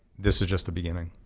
this is just the beginning.